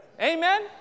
Amen